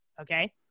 okay